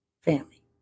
family